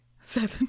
Seven